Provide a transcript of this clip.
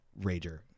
rager